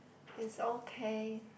it's okay